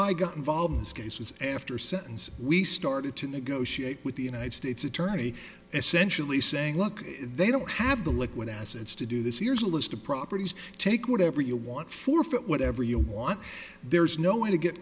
i got involved in this case was after sentencing we started to negotiate with the united states attorney essentially saying look they don't have the liquid assets to do this here's a list of properties take whatever you want forfeit whatever you want there's no way to get